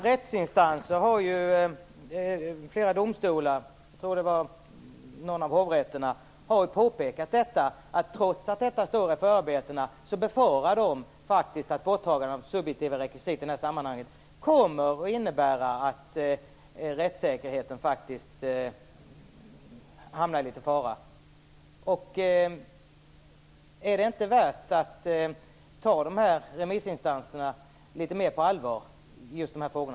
Fru talman! Flera domstolar - jag tror att det var bl.a. någon av hovrätterna - har påpekat att de trots förarbetena befarar att borttagandet av subjektiva rekvisit i detta sammanhang kommer att innebära att rättssäkerheten är i fara. Är det inte värt att ta remissinstanserna på litet större allvar när det gäller dessa frågor?